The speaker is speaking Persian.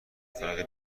فرقی